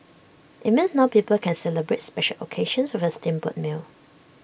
IT means now people can celebrate special occasions with A steamboat meal